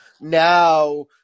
now